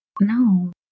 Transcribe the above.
no